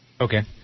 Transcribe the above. Okay